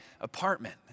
apartment